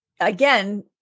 again